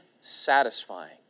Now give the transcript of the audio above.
satisfying